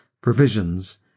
provisions